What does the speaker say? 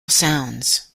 sounds